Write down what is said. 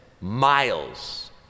miles